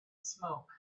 smoke